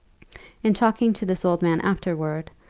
in talking to this old man afterward,